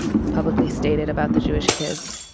publicly stated about the jewish kids,